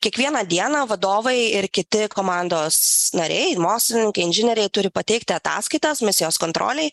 kiekvieną dieną vadovai ir kiti komandos nariai mokslininkai inžinieriai turi pateikti ataskaitas misijos kontrolei